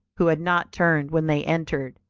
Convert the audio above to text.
who had not turned when they entered,